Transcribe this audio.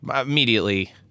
Immediately